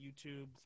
YouTube